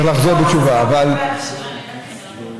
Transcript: צריך לחזור בתשובה, אבל,